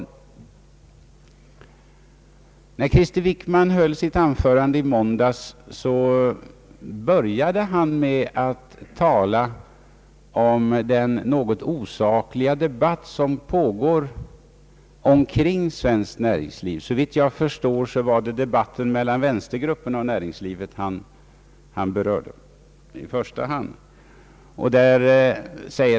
När herr Krister Wickman höll sitt anförande i måndags började han med att tala om den osakliga debatt som pågår kring svenskt näringsliv. Såvitt jag förstår var det debatten mellan vänstergrupperna och näringslivet han i första hand berörde.